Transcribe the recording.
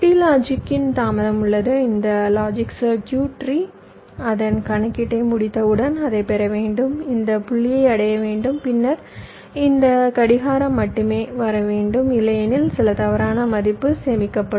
t லாஜிக்கின் தாமதம் உள்ளது இந்த லாஜிக் சர்க்யூட் அதன் கணக்கீட்டை முடித்தவுடன் அதை பெற வேண்டும் இந்த புள்ளியை அடைய வேண்டும் பின்னர் இந்த கடிகாரம் மட்டுமே வர வேண்டும் இல்லையெனில் சில தவறான மதிப்பு சேமிக்கப்படும்